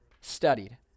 studied